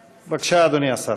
בבקשה, אדוני השר.